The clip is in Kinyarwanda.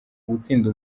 gutsinda